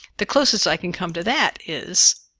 the closest i can come to that is.